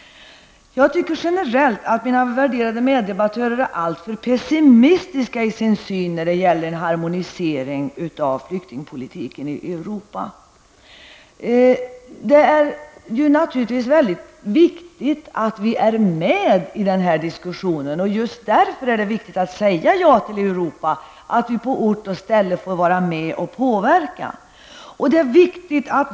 Mina värderade meddebattörer är alltför pessimistiska i sin syn på frågan om en harmonisering av flyktingpolitiken i Europa. Det är naturligtvis mycket viktigt att vi deltar i den här diskussionen, och just därför är det också angeläget att vi säger ja till Europa. Då får vi på ort och ställe vara med och påverka.